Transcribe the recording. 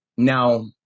Now